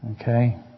Okay